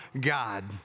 God